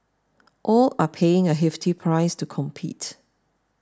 all are paying a hefty price to compete